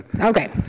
Okay